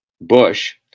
Bush